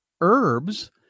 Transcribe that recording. herbs